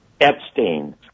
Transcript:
Epstein